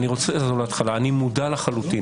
אני מודע לחלוטין,